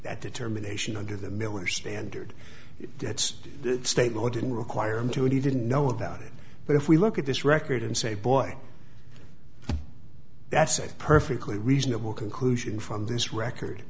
that determination under the miller standard that's state law didn't require him to and he didn't know about it but if we look at this record and say boy that's a perfectly reasonable conclusion from this record